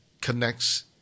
connects